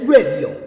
Radio